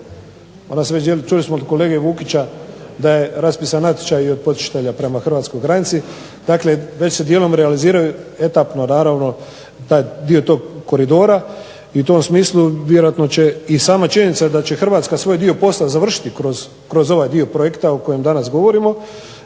realizira. Čuli smo od kolege Vukića da je raspisan natječaj i od .../Govornik se ne razumije./... prema hrvatskoj granici. Dakle, već se dijelom realiziraju etapno naravno dio tog koridora. I u tom smislu vjerojatno će i sama činjenica da će Hrvatska svoj dio posla završiti kroz ovaj dio projekta o kojem danas govorimo